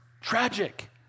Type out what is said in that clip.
Tragic